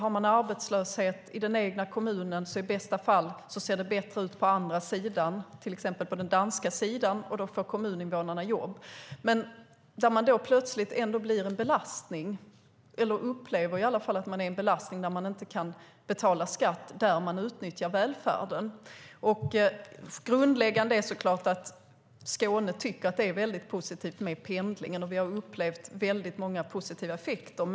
Har man arbetslöshet i den egna kommunen ser det i bästa fall bättre ut på andra sidan, till exempel på den danska sidan. Då får kommuninvånarna jobb. Människor upplever att de är en belastning när de inte kan betala skatt där de utnyttjar välfärden. Grundläggande är att Skåne tycker att det är väldigt positivt med pendlingen. Vi har upplevt väldigt många positiva effekter.